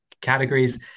categories